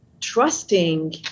trusting